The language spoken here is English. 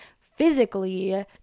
physically